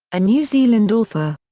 a new zealand author.